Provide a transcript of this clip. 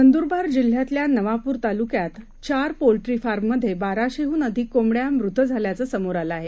नंद्रबारजिल्ह्यातल्यानवापुरतालुक्यातचारपोल्ट्रीफार्ममध्येबाराशेह्नअधिककोंबड्यामृतझाल्याचंसमोरआलंआहे